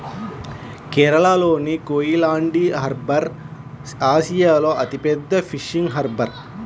కేరళలోని కోయిలాండి హార్బర్ ఆసియాలో అతిపెద్ద ఫిషింగ్ హార్బర్